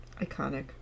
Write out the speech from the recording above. Iconic